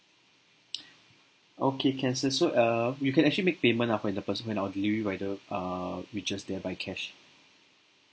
okay can sir so err you can actually make payment ah when the person when our delivery rider err reaches there by cash